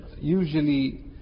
usually